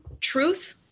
truth